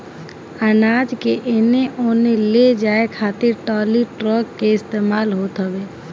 अनाज के एने ओने ले जाए खातिर टाली, ट्रक के इस्तेमाल होत हवे